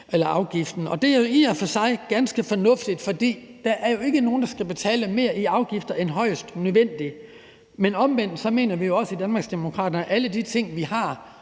det er i og for sig ganske fornuftigt, for der er jo ikke nogen, der skal betale mere i afgifter end højst nødvendigt. Men omvendt mener vi også i Danmarksdemokraterne, at alle de ting, vi har